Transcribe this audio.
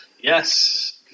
Yes